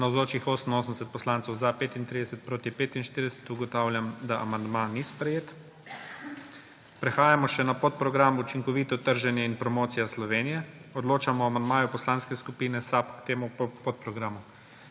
45. (Za je glasovalo 35.) (Proti 45.) Ugotavljam, da amandma ni sprejet. Prehajamo še na podprogram Učinkovito trženje in promocija Slovenije. Odločamo o amandmaju Poslanske skupine SAB k temu podprogramu.